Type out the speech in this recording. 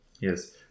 Yes